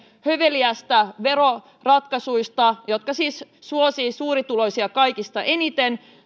höveleistä veroratkaisuista jotka siis suosivat suurituloisia kaikista eniten